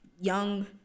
young